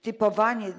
Typowanie.